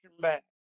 back